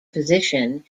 position